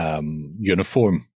uniform